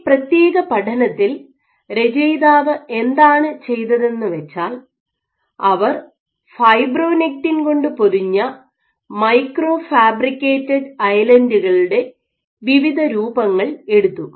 ഈ പ്രത്യേക പഠനത്തിൽ രചയിതാവ് എന്താണ് ചെയ്തതെന്നുവെച്ചാൽ അവർ ഫൈബ്രോനെക്റ്റിൻ കൊണ്ട് പൊതിഞ്ഞ മൈക്രോ ഫാബ്രിക്കേറ്റഡ് ഐലൻഡുകളുടെ വിവിധ രൂപങ്ങൾ എടുത്തു